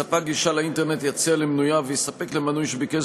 ספק גישה לאינטרנט יציע למנוייו ויספק למנוי שביקש